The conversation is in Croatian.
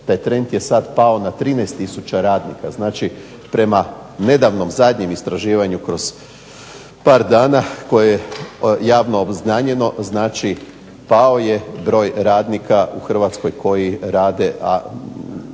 taj trend je sada pao na 13 tisuća radnika, znači prema nedavnom zadnjem istraživanju pred par dana koje je javno obznanjeno, znači pao je broj radnika u Hrvatskoj koji rade a